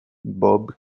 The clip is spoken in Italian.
bob